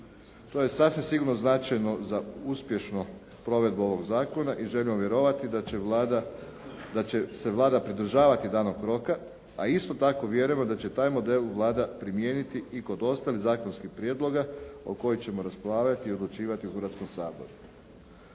To je sasvim sigurno značajno za uspješnu provedbu ovog zakona i želimo vjerovati da će Vlada, da će se Vlada pridržavati danog roka, a isto tako vjerujemo da će taj model Vlada primijeniti i kod ostalih zakonskih prijedloga o kojima ćemo raspravljati i odlučivati u Hrvatskom saboru.